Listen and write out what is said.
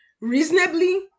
reasonably